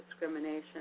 discrimination